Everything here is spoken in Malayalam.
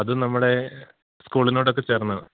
അത് നമ്മുടെ സ്കൂളിനോടൊക്കെ ചേർന്നാണ്